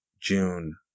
June